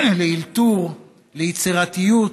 לאלתור, ליצירתיות.